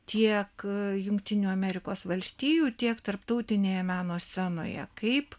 tiek jungtinių amerikos valstijų tiek tarptautinėje meno scenoje kaip